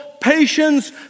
patience